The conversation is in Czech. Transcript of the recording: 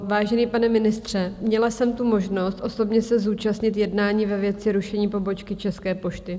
Vážený pane ministře, měla jsem tu možnost osobně se zúčastnit jednání ve věci rušení pobočky České pošty.